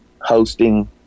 hosting